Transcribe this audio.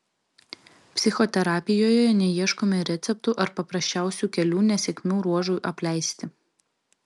psichoterapijoje neieškome receptų ar paprasčiausių kelių nesėkmių ruožui apleisti